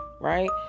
right